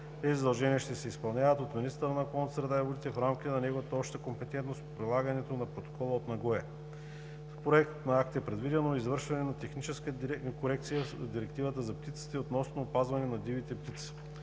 Тези задължения ще се изпълняват от министъра на околната среда и водите в рамките на неговата обща компетентност по прилагане на Протокола от Нагоя. В Проекта на акт е предвидено и извършване на техническа корекция в Директивата за птиците относно опазването на дивите птици.